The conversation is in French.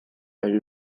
elle